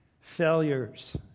Failures